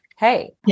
Hey